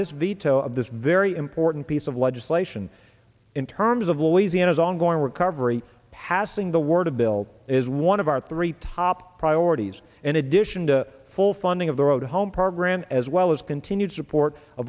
this veto of this very important piece of legislation in terms of louisiana's ongoing recovery passing the word a bill is one of our three top priorities in addition to full funding of the road home program as well as continued support